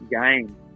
game